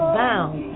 bound